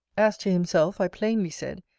as to himself, i plainly said,